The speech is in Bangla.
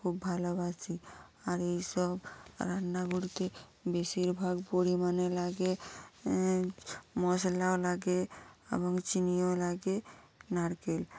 খুব ভালোবাসি আর এইসব রান্না বলতে বেশিরভাগ পরিমাণে লাগে মশলাও লাগে এবং চিনিও লাগে নারকেল